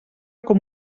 com